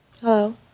Hello